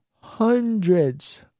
hundreds